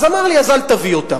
אז הוא אמר לי: אז אל תביא אותם.